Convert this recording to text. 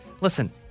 Listen